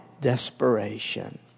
desperation